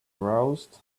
aroused